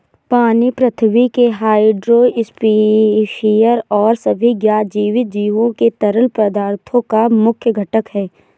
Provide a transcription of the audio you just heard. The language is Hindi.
पानी पृथ्वी के हाइड्रोस्फीयर और सभी ज्ञात जीवित जीवों के तरल पदार्थों का मुख्य घटक है